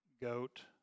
goat